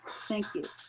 thank you.